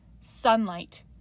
sunlight